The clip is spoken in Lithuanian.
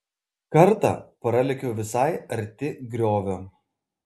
kartą pralėkiau visai arti griovio